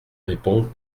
répond